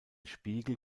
spiegel